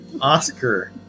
Oscar